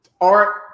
art